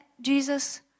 Jesus